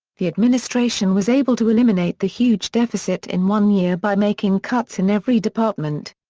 the administration was able to eliminate the huge deficit in one year by making cuts in every department.